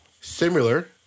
Similar